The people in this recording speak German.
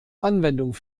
anwendung